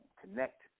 connect